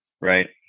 right